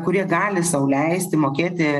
kurie gali sau leisti mokėti